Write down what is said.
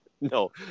No